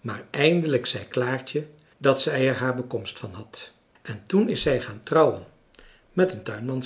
maar eindelijk zei klaartje dat zij er haar bekomst van had en toen is zij gaan trouwen met een